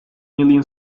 million